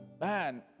man